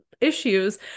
issues